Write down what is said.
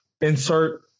insert